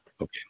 Okay